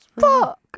Fuck